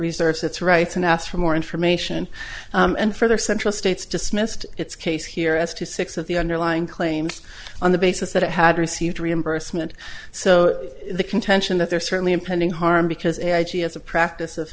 reserves its rights and asked for more information and further central states dismissed its case here as to six of the underlying claims on the basis that it had received reimbursement so the contention that there certainly impending harm because a i g has a practice